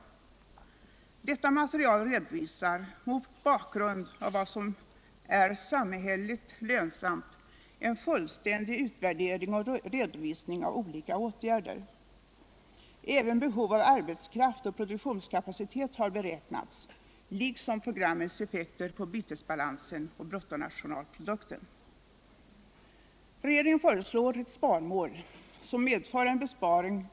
Detta material redovisar mot bakgrund av vad som är samhälleligt lönsamt en fullständig utvärdering och redovisning av olika åtgärder. Även behov av arbetskraft och produktionskapacitet har beräknats liksom programmets effekter på bytesbalansen och bruttonationalprodukten.